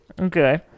Okay